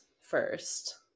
first